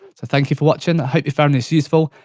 so thank you for watching, i hope you found this useful,